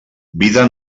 vida